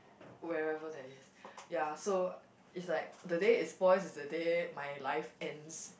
wherever there is ya so it's like the day it spoils is the day my life ends